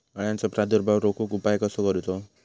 अळ्यांचो प्रादुर्भाव रोखुक उपाय कसो करूचो?